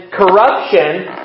corruption